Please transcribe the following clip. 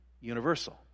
universal